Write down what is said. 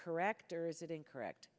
correct or is it incorrect